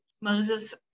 Moses